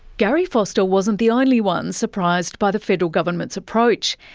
gary foster wasn't the only one surprised by the federal government's approach.